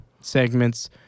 segments